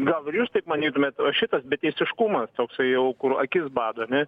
gal ir jūs taip manytumėt o šitas beteisiškumas toksai jau kur akis bado ane